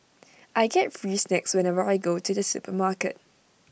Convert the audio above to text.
I get free snacks whenever I go to the supermarket